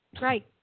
Right